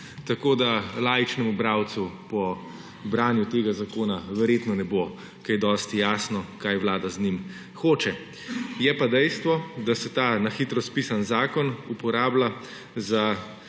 Tako laičnemu bralcu po branju tega zakona verjetno ne bo kaj dosti jasno, kaj Vlada z njim hoče. Je pa dejstvo, da se ta na hitro spisan zakon uporablja za